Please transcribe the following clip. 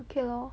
okay lor